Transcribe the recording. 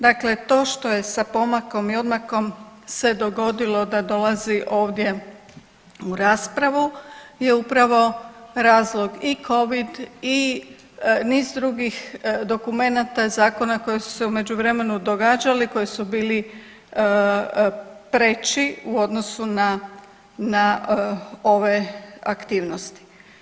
Dakle, to što je sa pomakom i odmakom se dogodilo da dolazi ovdje u raspravu je upravo razlog i covid i niz drugih dokumenata, zakona koji su se u međuvremenu događali, koji su bili preći u odnosu na ove aktivnosti.